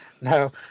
no